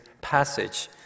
passage